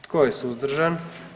Tko je suzdržan?